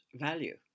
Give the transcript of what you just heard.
value